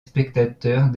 spectateurs